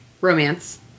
romance